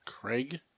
Craig